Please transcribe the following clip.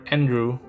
Andrew